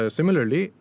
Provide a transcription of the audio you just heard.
Similarly